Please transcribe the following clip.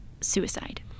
suicide